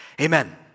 Amen